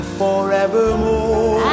forevermore